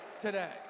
today